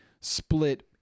split